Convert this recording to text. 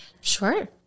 Sure